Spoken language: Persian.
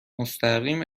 مستقیم